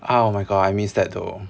ah my god I miss that though